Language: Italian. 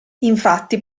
infatti